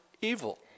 evil